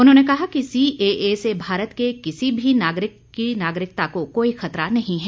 उन्होंने कहा कि सीएए से भारत के किसी भी नागरिक की नागरिकता को कोई खतरा नहीं है